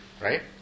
Right